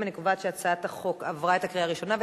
התשע"ב 2012,